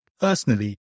personally